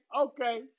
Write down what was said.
Okay